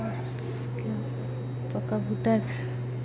کیا پ کبوت